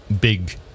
big